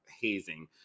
hazing